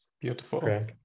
Beautiful